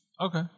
Okay